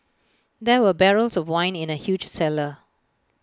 there were barrels of wine in the huge cellar